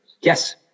Yes